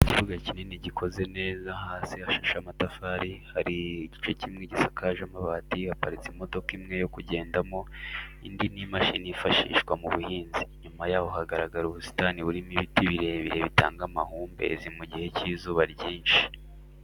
Ikibuga kinini gikoze neza hasi hashashe amatafari, hari igice kimwe gisakaje amabati haparitse imodoka imwe yokugendamo indi ni imashini yifashishwa mu buhinzi, inyuma yaho hagaragara ubusitani burimo ibiti birebire bitanga amahumbezi mu gihe cy'izuba ryinshi.